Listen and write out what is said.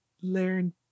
learn